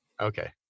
okay